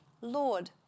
Lord